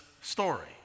Story